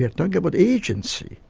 yeah and but agency,